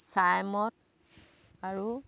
ছাই মদ আৰু